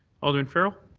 alderman farrell.